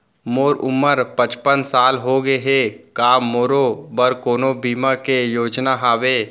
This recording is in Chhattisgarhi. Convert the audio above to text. मोर उमर पचपन साल होगे हे, का मोरो बर कोनो बीमा के योजना हावे?